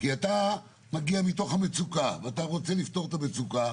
כי אתה מגיע מתוך המצוקה ורוצה לפתור את המצוקה.